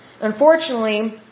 Unfortunately